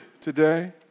today